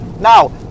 Now